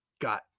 got